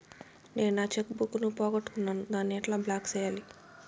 నేను నా cheque book ను పోగొట్టుకున్నాను దాన్ని ఎట్లా బ్లాక్ సేయాలి?